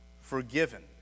forgiven